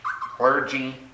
clergy